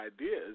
ideas